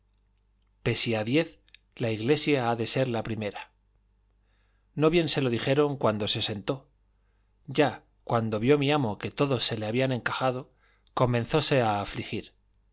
merced a todos pesia diez la iglesia ha de ser la primera no bien se lo dijeron cuando se sentó ya cuando vio mi amo que todos se le habían encajado comenzóse a afligir